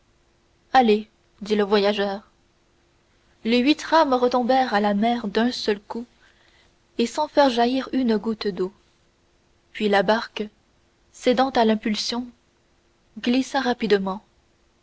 allez dit le voyageur les huit rames retombèrent à la mer d'un seul coup et sans faire jaillir une goutte d'eau puis la barque cédant à l'impulsion glissa rapidement